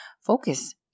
focus